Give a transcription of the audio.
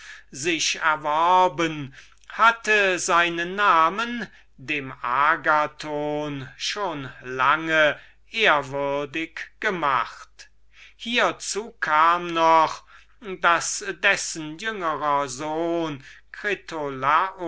worts erworben hatte den namen des archytas unserm helden schon lange ehrwürdig gemacht und hiezu kam noch daß dessen jüngerer sohn